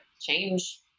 change